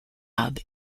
hub